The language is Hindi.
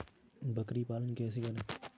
बकरी पालन कैसे करें?